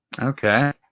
Okay